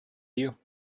you